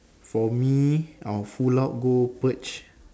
for me I will full out go purge